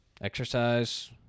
exercise